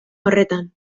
horretan